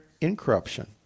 incorruption